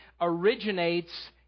originates